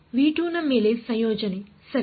ವಿದ್ಯಾರ್ಥಿ ನ ಮೇಲೆ ಸಂಯೋಜನೆ ಸರಿ